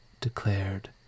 declared